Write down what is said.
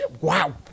Wow